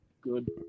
good